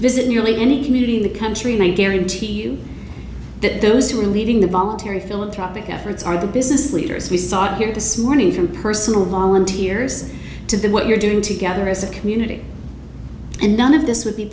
visit nearly any community in the country and i guarantee you that those who are leading the voluntary philanthropic efforts are the business leaders we saw here this morning from personal volunteers to that what you're doing together as a community and none of this would be